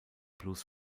blues